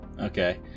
Okay